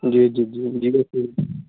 جی جی جی جی